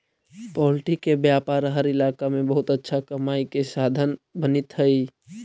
poultry के व्यापार हर इलाका में बहुत अच्छा कमाई के साधन बनित हइ